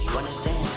understand?